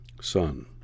Son